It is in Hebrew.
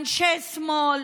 אנשי שמאל,